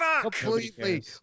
Completely